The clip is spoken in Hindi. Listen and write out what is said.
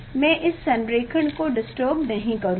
मैं इस संरेखण को डिस्टर्ब नहीं करूंगा